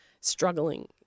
struggling